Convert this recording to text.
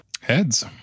Heads